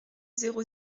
zéro